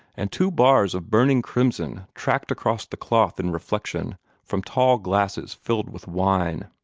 and two bars of burning crimson tracked across the cloth in reflection from tall glasses filled with wine.